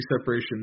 separation